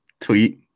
tweet